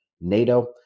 NATO